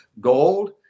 gold